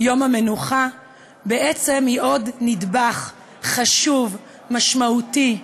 יום המנוחה, בעצם היא עוד נדבך חשוב, משמעותי,